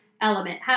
element